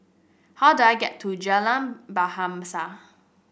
how do I get to Jalan Bahasa